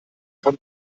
von